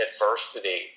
adversity